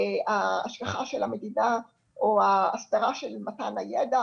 ההשגחה של המדינה או ההסתרה של מתן הידע